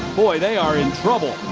boy, they are in trouble.